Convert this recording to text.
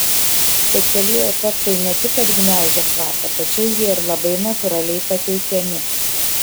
specialieji efektai ne tik kad gniaužia kvapą tačiau jie ir labai natūraliai pateikiami